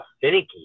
finicky